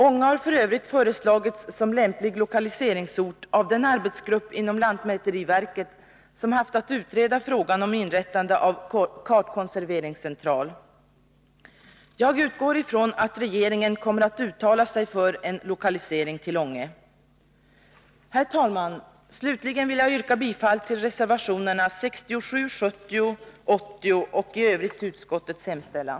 Ånge har f. ö. föreslagits som lämplig lokaliseringsort av den arbetsgrupp inom lantmäteriverket som haft att utreda frågan om inrättande av en kartkonserveringscentral. Jag utgår ifrån att regeringen kommer att uttala sig för en lokalisering till Ånge. Herr talman! Jag vill slutligen yrka bifall till reservationerna 67, 70 och 80 och i övrigt till utskottets hemställan.